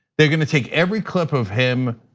they're gonna take every clip of him,